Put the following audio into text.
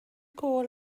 gôl